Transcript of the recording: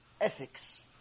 ethics